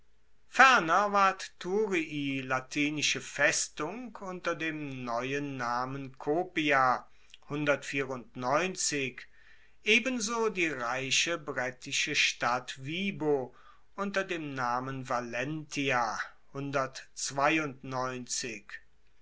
ferner ward thurii latinische festung unter dem neuen namen copia ebenso die reiche brettische stadt vibo unter dem namen